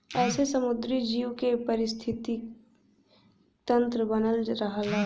एसे समुंदरी जीव के पारिस्थितिकी तन्त्र बनल रहला